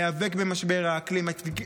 להיאבק במשבר האקלים,